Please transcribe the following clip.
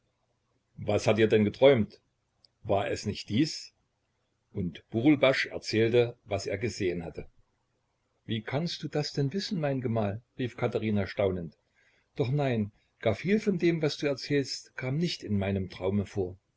was hat dir denn geträumt war es nicht dies und burulbasch erzählte was er gesehen hatte wie kannst du das denn wissen mein gemahl rief katherina staunend doch nein gar viel von dem was du erzählst kam nicht in meinem traume vor